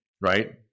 right